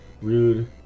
rude